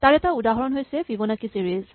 তাৰ এটা উদাহৰণ হৈছে ফিবনাকি ছিৰিজ